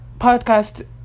podcast